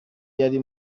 yari